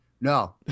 No